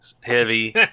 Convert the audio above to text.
heavy